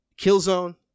Killzone